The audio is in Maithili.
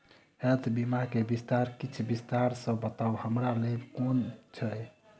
हेल्थ बीमा केँ बारे किछ विस्तार सऽ बताउ हमरा लेबऽ केँ छयः?